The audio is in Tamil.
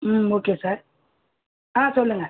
ம் ஓகே சார் ஆ சொல்லுங்கள்